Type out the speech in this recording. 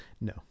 No